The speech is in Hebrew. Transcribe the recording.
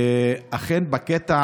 אכן, בקטע